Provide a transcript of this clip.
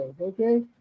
Okay